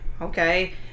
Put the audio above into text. Okay